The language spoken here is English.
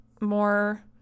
more